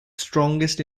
strongest